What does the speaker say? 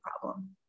problem